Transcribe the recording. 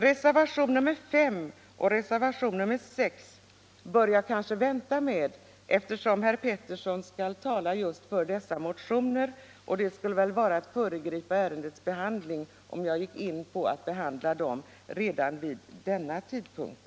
Reservationerna nr 5 och 6 bör jag kanske vänta med att ta upp, eftersom herr Pettersson i Västerås skall tala just för dithörande motioner och det skulle vara att föregripa ärendets behandling, om jag gick in på dem redan vid denna tidpunkt.